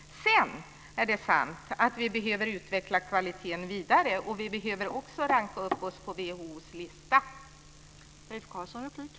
Det är sant att vi behöver utveckla kvaliteten vidare. Vi behöver också se till att vi rankas högre på